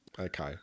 Okay